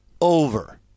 Over